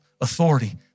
authority